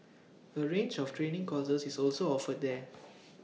A range of training courses is also offered there